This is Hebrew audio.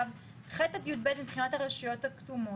ח' עד י"ב מבחינת הרשויות הכתומות,